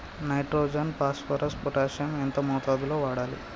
Nitrogen phosphorus potassium ఎంత మోతాదు లో వాడాలి?